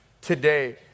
today